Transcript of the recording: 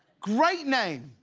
great name.